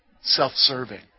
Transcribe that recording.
Self-serving